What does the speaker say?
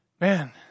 man